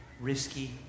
risky